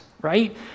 right